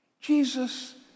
Jesus